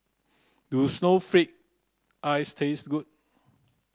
does snowflake ice taste good